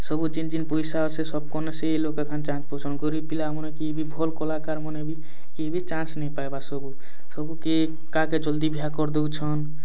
ସବୁ ଜିନ ଜିନ ପଇସା ଆସେ ସବକୋନେ ସେଇ ଲୋକେ ଖାଆନ ଚାନ ପୋଷଣ କରି ପିଲାମାନେ କେହି ବି ଭଲ କଳାକାରମାନେ ବି କେହି ବି ଚାନ୍ସ ନାଇଁ ପାଏବାର ସବୁ ସବୁ କେ କାଆକେ ଜଲଦି ବିହା କରଦେଉଛନ